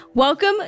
Welcome